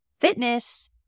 fitness